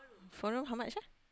four room how much ah